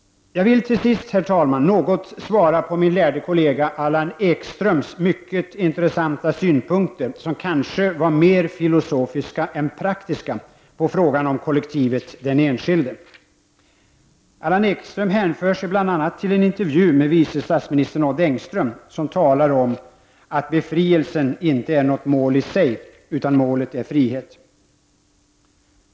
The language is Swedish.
Låt mig till sist, herr talman, något bemöta min lärde kollega Allan Ekströms mycket intressanta synpunkter som kanske mera var filosofiska än praktiska i fråga om kollektivet den enskilde. Allan Ekström hänförde sig till bl.a. en intervju med vice statsminister Odd Engström, som har talat om att befrielsen inte är något mål i sig utan målet är frihet.